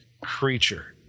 creature